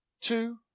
Two